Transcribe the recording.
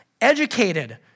Educated